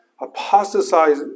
apostatize